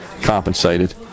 compensated